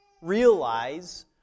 realize